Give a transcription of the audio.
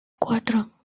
cuatro